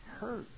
hurt